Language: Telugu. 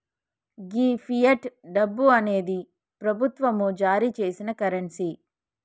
గీ ఫియట్ డబ్బు అనేది ప్రభుత్వం జారీ సేసిన కరెన్సీ